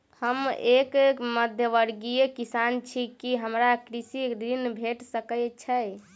हम एक मध्यमवर्गीय किसान छी, की हमरा कृषि ऋण भेट सकय छई?